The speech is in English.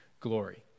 glory